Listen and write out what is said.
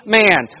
man